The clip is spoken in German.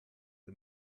der